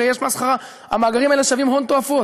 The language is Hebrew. הרי המאגרים האלה שווים הון תועפות.